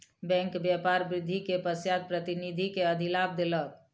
bank व्यापार वृद्धि के पश्चात प्रतिनिधि के अधिलाभ देलक